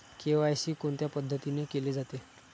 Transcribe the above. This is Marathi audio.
के.वाय.सी कोणत्या पद्धतीने केले जाते?